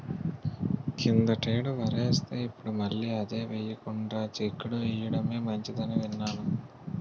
కిందటేడు వరేస్తే, ఇప్పుడు మళ్ళీ అదే ఎయ్యకుండా చిక్కుడు ఎయ్యడమే మంచిదని ఇన్నాను